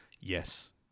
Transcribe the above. yes